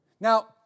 Now